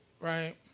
Right